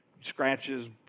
scratches